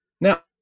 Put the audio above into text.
Now